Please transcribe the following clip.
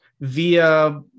via